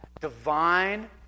Divine